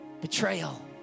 betrayal